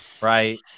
right